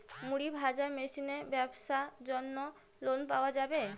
মুড়ি ভাজা মেশিনের ব্যাবসার জন্য লোন পাওয়া যাবে?